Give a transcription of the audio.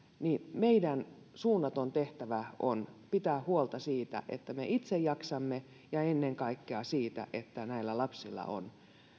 suunnaton tehtävämme on pitää huolta siitä että me itse jaksamme ja ennen kaikkea siitä että näillä lapsilla on